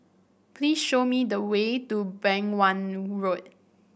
please show me the way to Beng Wan Road